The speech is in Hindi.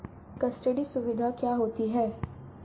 कस्टडी सुविधा क्या होती है?